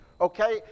okay